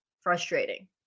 frustrating